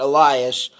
Elias